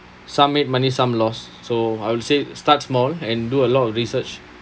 some made money some lost so I'll say start small and do a lot of research